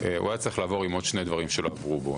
הוא היה צריך לעבור עם עוד שני דברים שנקבו פה.